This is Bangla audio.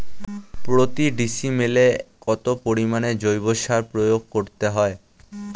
প্রতি ডিসিমেলে কত পরিমাণ জৈব সার প্রয়োগ করতে হয়?